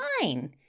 fine